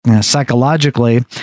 psychologically